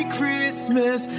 Christmas